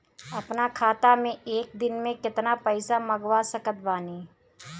अपना खाता मे एक दिन मे केतना पईसा मँगवा सकत बानी?